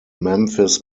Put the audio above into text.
memphis